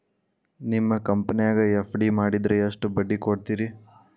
ನಿಮ್ಮ ಕಂಪನ್ಯಾಗ ಎಫ್.ಡಿ ಮಾಡಿದ್ರ ಎಷ್ಟು ಬಡ್ಡಿ ಕೊಡ್ತೇರಿ?